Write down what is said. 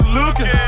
looking